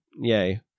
yay